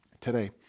Today